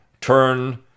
turn